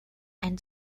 and